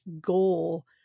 goal